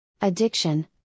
Addiction